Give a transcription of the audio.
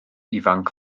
ifanc